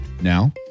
now